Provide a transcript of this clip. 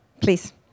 Please